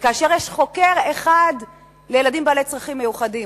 כאשר יש חוקר אחד לילדים בעלי צרכים מיוחדים,